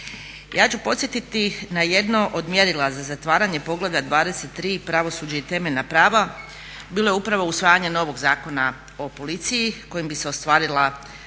Ja ću podsjetiti na jedno od mjerila za zatvaranje poglavlja 23.-Pravosuđe i temeljna prava bilo je upravo usvajanje novog Zakona o policiji kojim bi se ostvarila